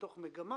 מתוך מגמה